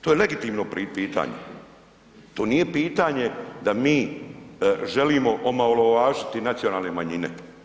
To je legitimno pitanje, to nije pitanje da mi želimo omalovažiti nacionalne manjine.